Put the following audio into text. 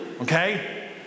okay